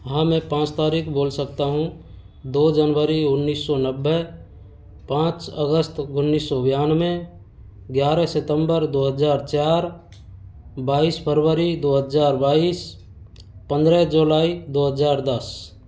हाँ मैं पाँच तारीख बोल सकता हूँ दो जनवरी उन्नीस सौ नब्बे पाँच अगस्त उन्नीस सौ बयानवे ग्यारह सितंबर दो हजार चार बाईस फरवरी दो हजार बाईस पंद्रह जुलाई दो हजार दस